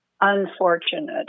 unfortunate